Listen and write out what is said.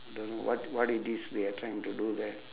don't know what what it is they are trying to do there